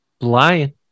Lion